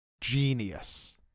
genius